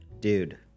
dude